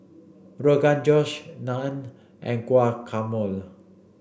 Rogan Josh Naan and Guacamole